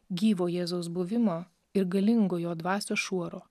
gyvo jėzaus buvimo ir galingo jo dvasios šuoro